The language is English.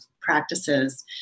practices